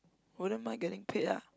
wouldn't mind getting paid ah